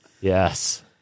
Yes